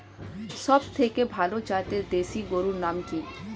সবথেকে ভালো জাতের দেশি গরুর নাম কি?